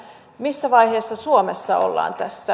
missä vaiheessa suomessa ollaan tässä